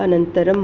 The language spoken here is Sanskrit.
अनन्तरम्